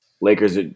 Lakers